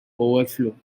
overflow